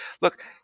look